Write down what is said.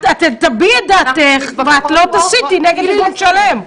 את תביעי את דעתך ואת לא תסיתי נגד ארגון שלם,